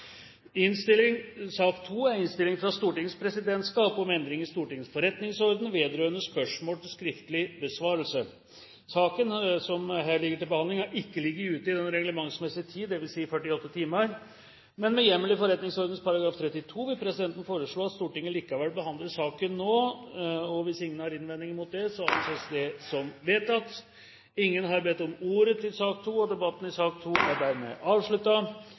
Saken som her ligger til behandling, har ikke ligget ute i den reglementsbestemte tid, dvs. 48 timer. Med hjemmel i forretningsordenens § 32 vil presidenten foreslå at Stortinget likevel behandler denne saken nå. Ingen innvendinger har kommet mot presidentens forslag. – Det anses da som vedtatt. Ingen har bedt om ordet til sak nr. 2. Etter ønske fra finanskomiteen vil presidenten foreslå at sakene nr. 3, 4 og